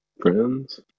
friends